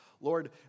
Lord